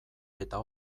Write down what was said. eta